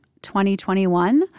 2021